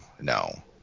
no